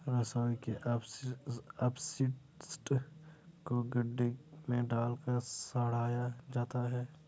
रसोई के अपशिष्ट को गड्ढे में डालकर सड़ाया जाता है